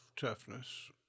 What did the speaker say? toughness